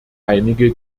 einige